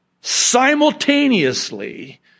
simultaneously